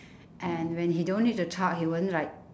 and when he don't need to talk he won't like